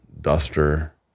duster